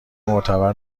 معتبر